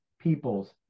peoples